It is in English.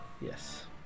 Yes